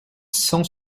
cent